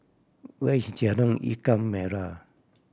where is Jalan Ikan Merah